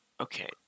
Okay